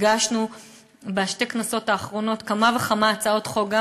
הגשנו בשתי הכנסות האחרונות כמה וכמה הצעות חוק,